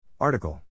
Article